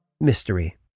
mystery